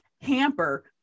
hamper